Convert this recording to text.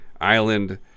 island